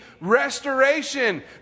restoration